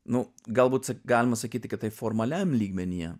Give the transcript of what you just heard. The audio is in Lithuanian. nu galbūt galima sakyti kad tai formaliam lygmenyje